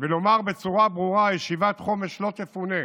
ולומר בצורה ברורה: ישיבת חומש לא תפונה,